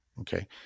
okay